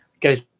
goes